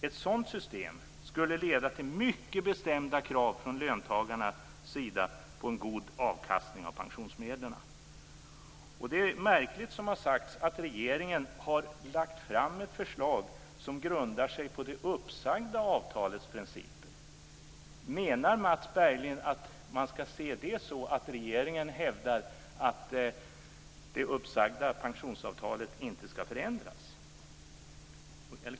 Ett sådant system skulle leda till mycket bestämda krav från löntagarnas sida på en god avkastning av pensionsmedlen. Det är märkligt, som har sagts, att regeringen har lagt fram ett förslag som grundar sig på det uppsagda avtalets principer. Menar Mats Berglind att man skall se det så, att regeringen hävdar att det uppsagda pensionsavtalet inte skall förändras?